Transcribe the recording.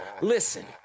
listen